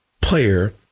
player